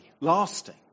lasting